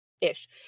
ish